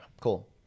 cool